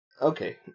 Okay